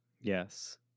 Yes